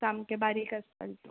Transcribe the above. सामके बारीक आसता तितू